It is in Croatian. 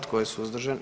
Tko je suzdržan?